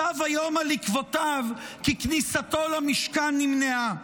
סב היום על עקבותיו כי כניסתו למשכן נמנעה.